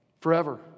forever